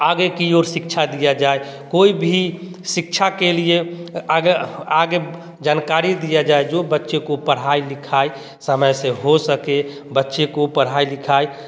आगे की ओर शिक्षा दिया जाए कोई भी शिक्षा के लिए आगे आगे जानकारी दिया जाए जो बच्चे को पढ़ाई लिखाई समय से हो सके बच्चे को पढ़ाई लिखाई